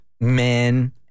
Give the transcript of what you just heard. men